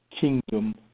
kingdom